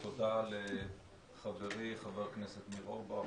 תודה לחברי חבר הכנסת ניר אורבך,